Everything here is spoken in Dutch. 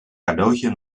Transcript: cadeautje